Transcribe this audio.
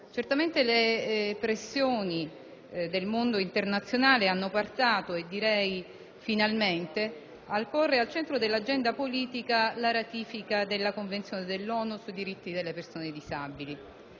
Certamente le pressioni del mondo internazionale hanno portato - direi finalmente - a porre al centro dell'agenda politica la ratifica della Convenzione dell'ONU sui diritti delle persone disabili.